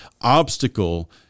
obstacle